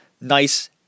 Nice